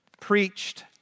preached